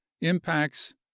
Impacts